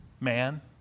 man